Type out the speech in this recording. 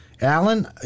Alan